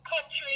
country